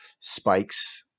spikes